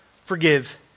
forgive